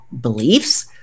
beliefs